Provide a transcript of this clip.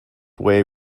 way